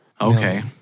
Okay